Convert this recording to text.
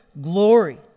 glory